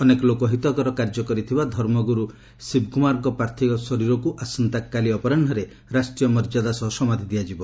ଅନେକ ଲୋକହିତକର କାର୍ଯ୍ୟ କରିଥିବା ଧର୍ମଗୁରୁ ଶିବକୁମାରଙ୍କ ପାର୍ଥିବ ଶରୀରର ଆସନ୍ତାକାଲି ଅପରାହୁରେ ରାଷ୍ଟ୍ରୀୟ ମର୍ଯ୍ୟାଦା ସହ ସମାଧ୍ୟ ଦିଆଯିବ